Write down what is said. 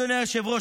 אדוני היושב-ראש,